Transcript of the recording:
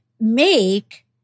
make